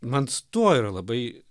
man su tuo yra labai